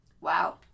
Wow